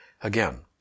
again